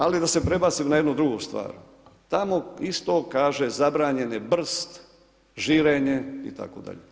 Ali, da se prebacim na jednu drugu stvar, tamo isto kaže, zabranjen je brst, žirenje itd.